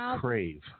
crave